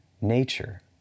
nature